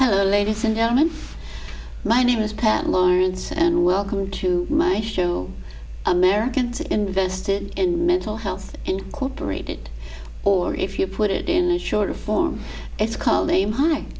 hello ladies and gentlemen my name is pat lawrence and welcome to my show americans invested in mental health incorporated or if you put it in the short form it's called aim high